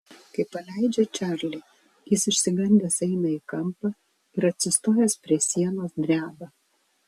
kai paleidžia čarlį jis išsigandęs eina į kampą ir atsistojęs prie sienos dreba